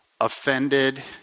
offended